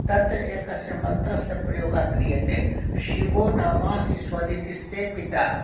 तत्र एकस्य मन्त्रस्य प्रयोगः क्रियते शिवो नामासि स्वधितिस्ते पिता